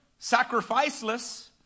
sacrificeless